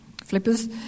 flippers